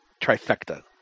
trifecta